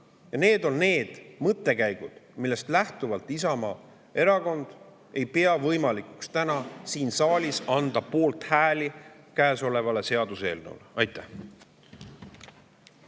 Need on need mõttekäigud, millest lähtuvalt Isamaa Erakond ei pea võimalikuks täna siin saalis anda poolthääli käesolevale seaduseelnõule. Aitäh!